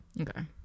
Okay